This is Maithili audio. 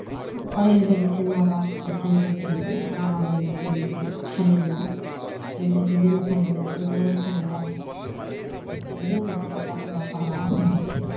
पढ़य लए भेजै छै माय बाप तऽ चलि जाइ छै नहाबय लए चलि जाइ छै खेलय लए चलि जाइ छै गेन्द खेलय लए बैट बॉल खेलय लए जे छै एहिमे जे बच्चाके लापरवाही रहै छै